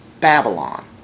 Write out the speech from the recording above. Babylon